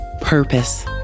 purpose